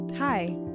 Hi